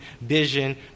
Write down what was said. vision